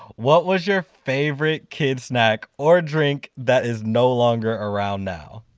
what was your favorite kid's snack or drink that is no longer around now?